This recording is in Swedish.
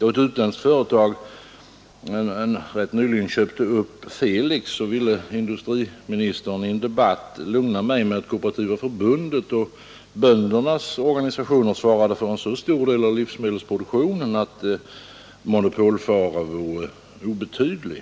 Då ett utländskt företag rätt nyligen köpte upp Felix, ville industriministern i en debatt lugna mig med att Kooperativa förbundet och böndernas organisationer svarade för så stor del av produktionen att monopolfaran vore obetydlig.